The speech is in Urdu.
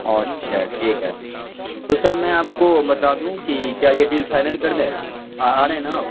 اچھا ٹھیک ہے تو سر میں آپ کو بتا دوں کہ کیا یہ ڈیل فائنل کر دیں آ رہے ہیں نا آپ